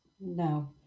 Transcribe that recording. No